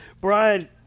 Brian